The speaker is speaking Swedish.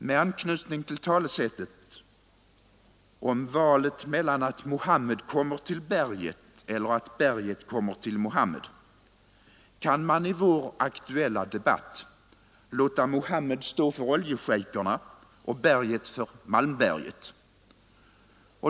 Med anknytning till talesättet om valet mellan att Muhammed kommer till berget eller att berget kommer till Muhammed kan man i vår aktuella debatt låta Muhammed stå för oljeschejkerna och berget för Malmberget.